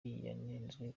yanenzwe